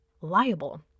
liable